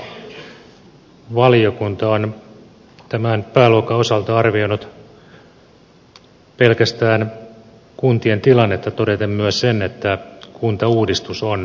valtiovarainvaliokunta on tämän pääluokan osalta arvioinut pelkästään kuntien tilannetta todeten myös sen että kuntauudistus on välttämätön